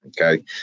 Okay